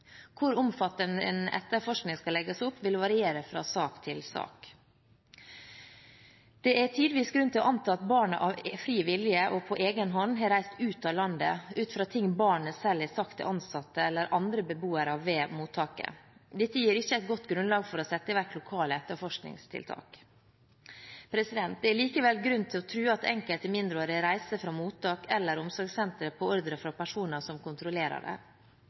Hvor omfattende en etterforskning skal legges opp, vil variere fra sak til sak. Det er tidvis grunn til å anta at barn av fri vilje og på egen hånd har reist ut av landet, ut fra ting barnet selv har sagt til ansatte eller andre beboere ved mottaket. Dette gir ikke et godt grunnlag for å sette i verk lokale etterforskningstiltak. Det er likevel grunn til å tro at enkelte mindreårige reiser fra mottak eller omsorgssentre på ordre fra personer